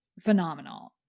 phenomenal